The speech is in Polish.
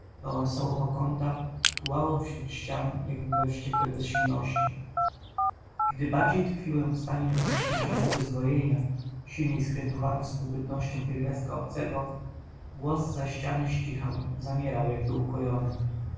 wałęsało po kątach tułało wzdłuż ścian jakby we wściekłej bezsilności gdy bardziej tkwiłem w stanie nieszczęśliwego zdwojenia silniej skrępowany współbytnością pierwiastka obcego głos z za ściany ścichał zamierał jakby